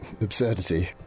Absurdity